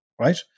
right